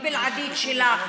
אחריות בלעדית שלך.